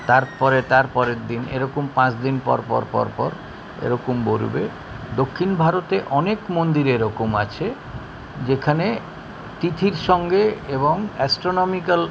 তারপরে তার পরের দিন এরকম পাঁচ দিন পরপর পরপর এরকম বলবে দক্ষিণ ভারতে অনেক মন্দির এরকম আছে যেখানে তিথির সঙ্গে এবং অ্যাস্ট্রোনমিকাল